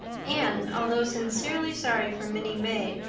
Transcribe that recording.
anne, although sincerely sorry for minnie may,